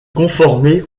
conformer